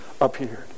appeared